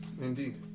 Indeed